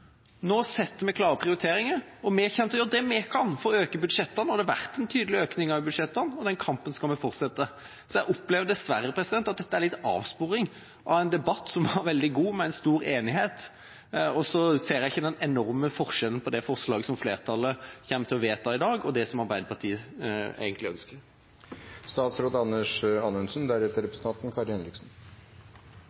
Nå gjør vi klare prioriteringer, og vi kommer til å gjøre det vi kan for å øke budsjettene. Det har vært en tydelig økning også av budsjettene, og den kampen skal vi fortsette. Så jeg opplever dessverre dette litt som en avsporing av en debatt som var veldig god, med en stor enighet. Og så ser jeg ikke den enorme forskjellen på det forslaget som flertallet kommer til å vedta i dag, og det som Arbeiderpartiet egentlig ønsker.